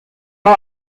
man